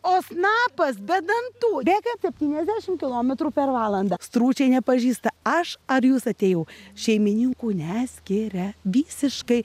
o snapas be dantų bėga septyniasdešim kilometrų per valandą stručiai nepažįsta aš ar jūs atėjau šeimininkų neskiria visiškai